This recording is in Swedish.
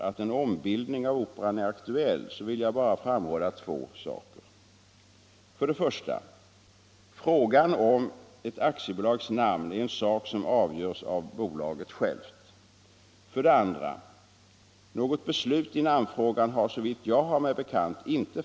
Eftersom formerna fortfarande iakttogs skulle rimligen om det hade varit fråga om ett lydnadsförhållande formen ha iakttagits också när det gällde myndigheters namn. Men det gjorde man inte.